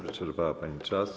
Wyczerpała pani czas.